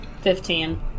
Fifteen